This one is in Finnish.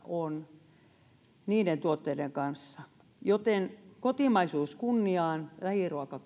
on niiden tuotteiden kanssa joten kotimaisuus kunniaan lähiruoka